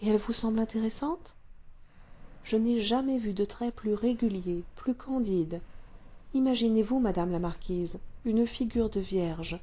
et elle vous semble intéressante je n'ai jamais vu de traits plus réguliers plus candides imaginez-vous madame la marquise une figure de vierge